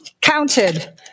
counted